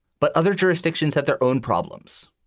but other jurisdictions have their own problems.